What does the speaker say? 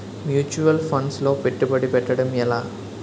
Mutual funds లో పెట్టుబడి పెట్టడం ఎలా?